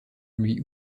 lui